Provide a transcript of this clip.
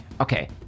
Okay